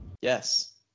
yes